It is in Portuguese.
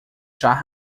chá